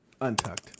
Untucked